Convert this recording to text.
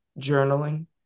journaling